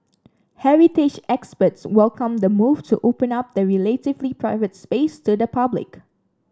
heritage experts welcomed the move to open up the relatively private space to the public